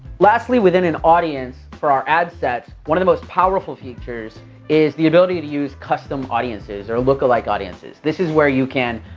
lastly, within an audience for our ad sets, one of the most powerful features is the ability to use custom audiences or look-alike audiences. this is where you can,